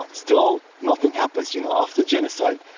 still nothing happens, you know? after genocide,